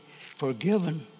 forgiven